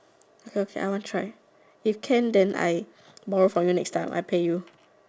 it's okay I want try if can then I borrow from you next time I pay you